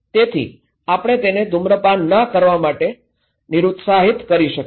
તેથી આપણે તેને ધૂમ્રપાન ન કરવા માટે નિરુત્સાહી કરી શકીશું